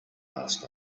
last